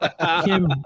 Kim